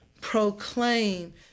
proclaim